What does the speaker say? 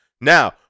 Now